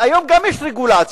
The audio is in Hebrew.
היום גם יש רגולציה.